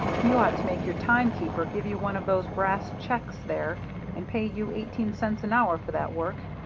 you ought to make your timekeeper give you one of those brass checks there and pay you eighteen cents an hour for that work.